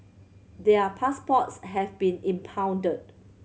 their passports have been impounded